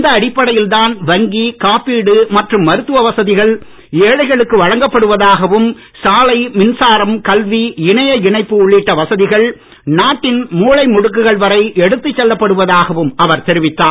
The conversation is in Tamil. இந்த அடிப்படையில் தான் வங்கி காப்பீடு மற்றும் மருத்துவ வசதிகள் ஏழைகளுக்கு வழங்கப்படுவதாகவும் சாலை மின்சாரம் கல்வி இணைய இணைப்பு உள்ளிட்ட வசதிகள் நாட்டின் மூலை முடுக்குகள் வரை எடுத்துச் செல்லப்படுவதாகவும் அவர் தெரிவித்தார்